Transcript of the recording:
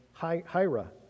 Hira